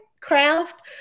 craft